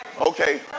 Okay